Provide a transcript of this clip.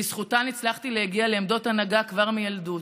בזכותן הצלחתי להגיע לעמדות הנהגה כבר מילדות: